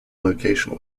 location